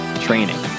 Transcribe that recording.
Training